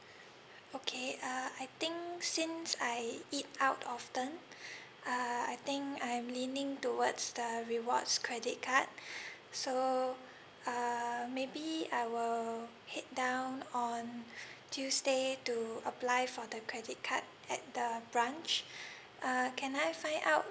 okay uh I think since I eat out often uh I think I'm leaning towards the rewards credit card so err maybe I will head down on tuesday to apply for the credit card at the branch uh can I find out